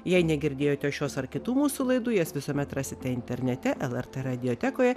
jei negirdėjote šios ar kitų mūsų laidų jas visuomet rasite internete lrt radiotekoje